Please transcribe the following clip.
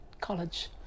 college